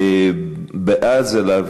רגע.